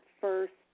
first